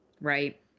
right